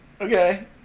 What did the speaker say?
okay